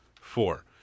Four